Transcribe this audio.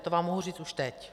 To vám mohu říct už teď.